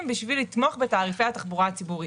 בשביל לתמוך בתעריפי התחבורה הציבורית,